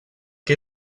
que